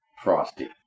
frosty